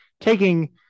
taking